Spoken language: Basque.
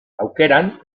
aukeran